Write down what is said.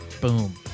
Boom